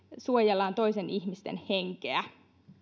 suojellaan toisen ihmisen henkeä